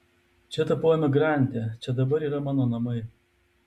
čia tapau emigrante čia dabar yra mano namai